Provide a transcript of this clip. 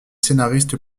scénariste